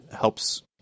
helps